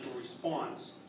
response